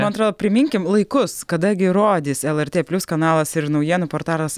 man atrodo priminkim laikus kada gi rodys lrt plius kanalas ir naujienų portaras